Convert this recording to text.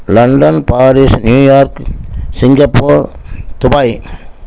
London Paris New York Singapore Dubai